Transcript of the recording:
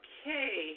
Okay